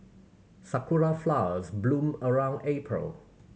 sakura flowers bloom around April